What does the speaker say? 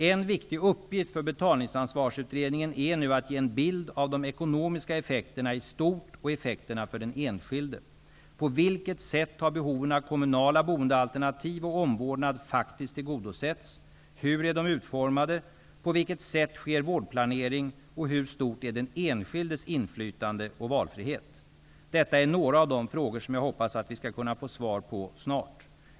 En viktig uppgift för Betalningsansvarsutredningen är nu att ge en bild av de ekonomiska effekterna i stort och effekterna för den enskilde. På vilket sätt har behoven av kommunala boendealternativ och omvårdnad faktiskt tillgodosetts, hur är de utformade, på vilket sätt sker vårdplanering, hur stort är den enskildes inflytande och hur stor är den enskildes valfrihet? Detta är några av de frågor som jag hoppas att vi skall kunna få svar på snart.